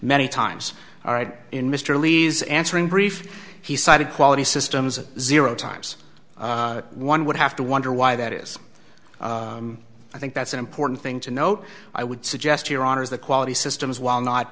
many times all right in mr lee's answering brief he cited quality systems of zero times one would have to wonder why that is i think that's an important thing to note i would suggest your honor the quality systems while not